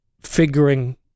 figuring